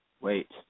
wait